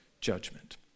judgment